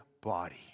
body